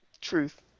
Truth